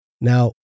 now